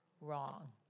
wrong